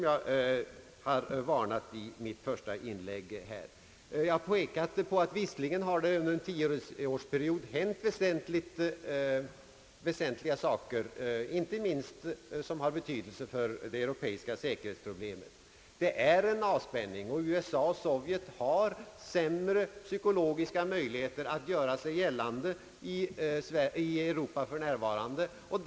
Jag pekade på att det visserligen under en tioårsperiod har hänt väsentliga saker av vikt inte minst för det europeiska säkerhetsproblemet. Det är en avspänning. USA och Sovjet har för närvarande sämre psykologiska möjligheter att göra sina motsättningar gällande i Europa.